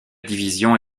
division